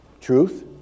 Truth